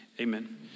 amen